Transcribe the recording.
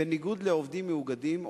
בניגוד לעובדים מאוגדים,